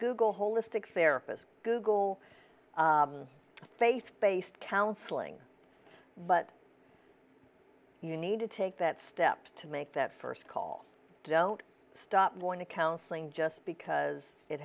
google holistic therapist google faith based counseling but you need to take that step to make that first call don't stop going to counseling just because it